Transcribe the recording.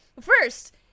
first